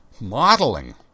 Modeling